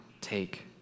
take